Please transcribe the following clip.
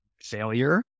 failure